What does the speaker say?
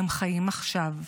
הם חיים עכשיו,